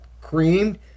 creamed